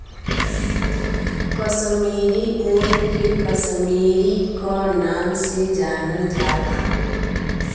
कसमीरी ऊन के कसमीरी क नाम से जानल जाला